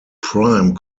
prime